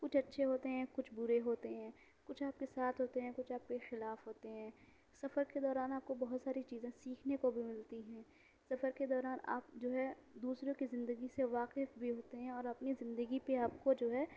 کچھ اچھے ہوتے ہیں کچھ برے ہوتے ہیں کچھ آپ کے ساتھ ہوتے ہیں کچھ آپ کے خلاف ہوتے ہیں سفر کے دوران آپ کو بہت ساری چیزیں سیکھنے کو بھی ملتی ہیں سفر کے دوران آپ جو ہے دوسروں کی زندگی سے واقف بھی ہوتے ہیں اور اپنی زندگی پہ آپ کو جو ہے